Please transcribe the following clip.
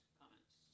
comments